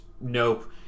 nope